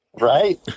Right